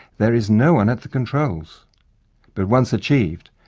there is no-one at the controls but once achieved,